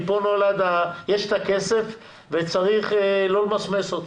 יש את הכסף וצריך לא למסמס אותו.